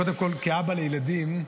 כאבא לילדים,